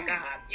God